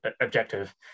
objective